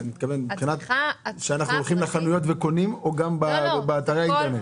רק כשאנחנו הולכים לחנויות וקונים או גם קנייה באתרי האינטרנט?